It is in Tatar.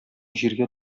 җиргә